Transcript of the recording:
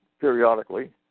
periodically